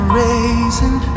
raising